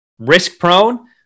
Risk-prone